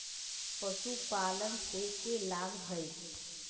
पशुपालन से के लाभ हय?